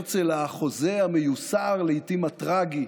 הרצל, החוזה המיוסר, לעיתים הטרגי,